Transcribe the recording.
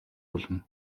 болно